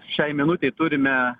šiai minutei turime